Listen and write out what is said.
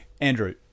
Andrew